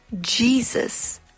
Jesus